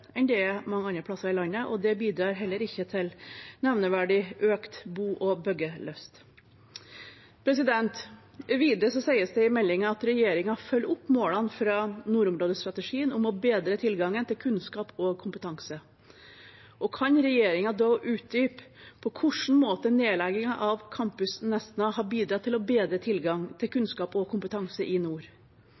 enn det de er andre plasser i landet, og det bidrar heller ikke til nevneverdig økt bo- og byggelyst. Videre sies det i meldingen at regjeringen følger opp målene fra nordområdestrategien om å bedre tilgangen til kunnskap og kompetanse. Kan regjeringen da utdype på hva slags måte nedleggingen av Campus Nesna har bidratt til å bedre tilgangen til kunnskap og kompetanse i nord?